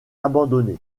abandonné